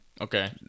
Okay